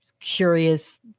curious